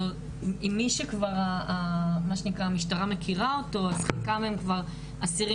מי שהמשטרה כבר מה שנקרא מכירה אותו אז כמה הם כבר אסירים